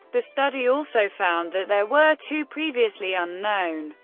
the study also found that there were two previously unknown,